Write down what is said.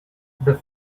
the